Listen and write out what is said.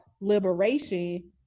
liberation